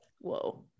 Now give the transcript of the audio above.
whoa